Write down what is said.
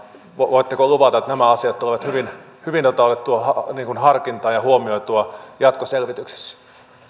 voitteko luvata että nämä asiat tulevat hyvin hyvin otettua harkintaan ja huomioitua jatkoselvityksissä